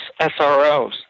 SROs